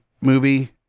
movie